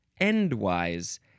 Endwise